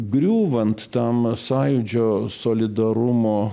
griūvant tam sąjūdžio solidarumo